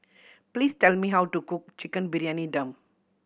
please tell me how to cook Chicken Briyani Dum